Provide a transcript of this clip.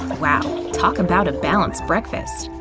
wow, talk about a balanced breakfast!